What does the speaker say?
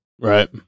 right